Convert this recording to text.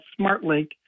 SmartLink